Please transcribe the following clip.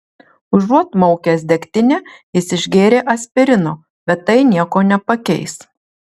užuot maukęs degtinę jis išgėrė aspirino bet tai nieko nepakeis